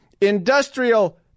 industrial